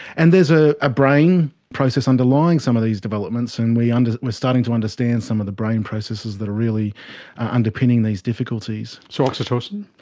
and there's a ah brain process underlying some of these developments, and we and are starting to understand some of the brain processes that are really underpinning these difficulties. so, oxytocin?